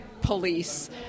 police